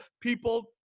people